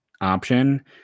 option